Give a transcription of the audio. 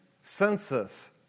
census